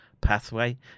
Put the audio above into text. pathway